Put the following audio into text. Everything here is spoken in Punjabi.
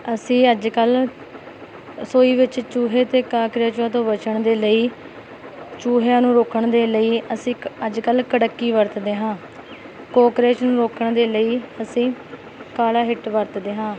ਅਸੀਂ ਅੱਜ ਕੱਲ੍ਹ ਰਸੋਈ ਵਿੱਚ ਚੂਹੇ ਅਤੇ ਕਾਕਰੋਚਾਂ ਤੋਂ ਬਚਣ ਦੇ ਲਈ ਚੂਹਿਆਂ ਨੂੰ ਰੋਕਣ ਦੇ ਲਈ ਅਸੀਂ ਅੱਜ ਕੱਲ੍ਹ ਕੜਿੱਕੀ ਵਰਤਦੇ ਹਾਂ ਕੋਕਰੇਚ ਨੂੰ ਰੋਕਣ ਦੇ ਲਈ ਅਸੀਂ ਕਾਲਾ ਹਿੱਟ ਵਰਤਦੇ ਹਾਂ